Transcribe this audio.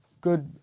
good